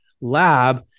lab